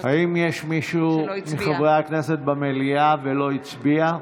האם יש מישהו מחברי הכנסת במליאה שלא הצביע?